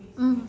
mm